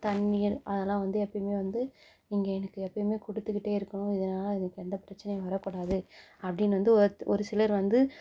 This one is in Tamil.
தண்ணீீர் அதெல்லாம் வந்து எப்பவுமே வந்து நீங்கள் எனக்கு எப்பவுமே கொடுத்துக்கிட்டே இருக்கணும் இதனால் எனக்கு எந்த பிரச்சினையும் வரக்கூடாது அப்படின்னு வந்து ஒரு சிலர் வந்து